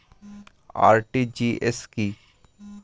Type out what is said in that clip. RTGS কি?